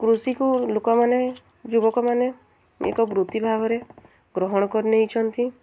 କୃଷିକୁ ଲୋକମାନେ ଯୁବକମାନେ ଏକ ବୃତ୍ତି ଭାବରେ ଗ୍ରହଣ କରିନେଇଛନ୍ତି